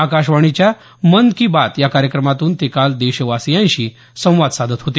आकाशवाणीच्या मन की बात या कार्यक्रमातून ते काल देशवासियांशी संवाद साधत होते